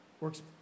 works